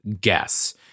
guess